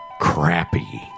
crappy